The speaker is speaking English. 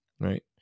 right